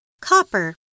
Copper